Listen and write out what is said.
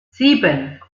sieben